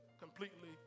completely